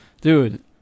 Dude